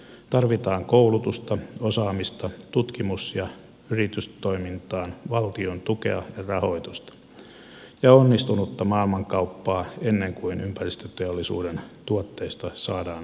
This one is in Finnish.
tarvitaan koulutusta osaamista tutkimus ja yritystoimintaa valtion tukea ja rahoitusta ja onnistunutta maailmankauppaa ennen kuin ympäristöteollisuuden tuotteista saadaan tuottoja